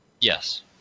Yes